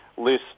list